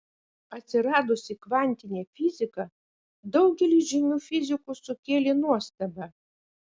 atsiradusi kvantinė fizika daugeliui žymių fizikų sukėlė nuostabą